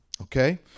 Okay